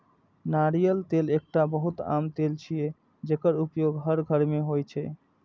नारियल तेल एकटा बहुत आम तेल छियै, जेकर उपयोग हर घर मे होइ छै